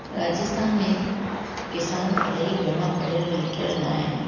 राजस्थान में किसान भले ई घणा पढ़ियल लिखियल न आहिनि